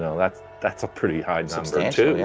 that's that's a pretty high yeah